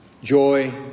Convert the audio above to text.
Joy